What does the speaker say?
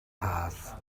haf